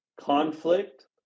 conflict